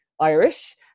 Irish